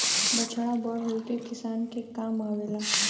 बछड़ा बड़ होई के किसान के काम आवेला